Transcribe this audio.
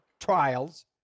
trials